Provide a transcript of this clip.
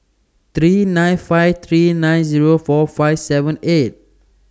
three nine five three nine Zero four five seven eight